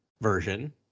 version